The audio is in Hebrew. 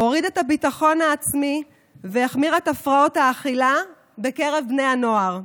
הוריד את הביטחון העצמי והחמיר את הפרעות האכילה בקרב בני הנוער.